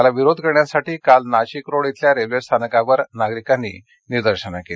त्याला विरोध करण्यासाठी काल नाशिकरोड इथल्या रेल्वे स्थानकावर नागरीकांनी निदर्शने केली